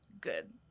good